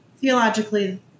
theologically